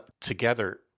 together